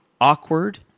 awkward